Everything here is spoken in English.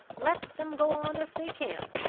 let them go on if they can!